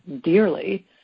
dearly